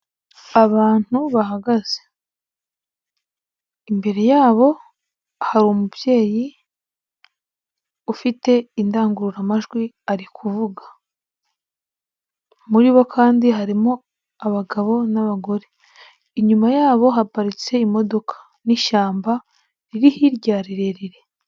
Abantu bahagaze, imbere yabo hari umubyeyi ufite indangururamajwi ari kuvuga, muri bo kandi harimo abagabo n'abagore, inyuma yabo haparitse imodoka n'ishyamba riri hirya rirerire.